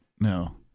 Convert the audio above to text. no